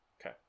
Okay